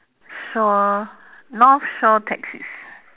shore north shore taxis